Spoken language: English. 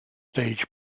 stage